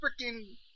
freaking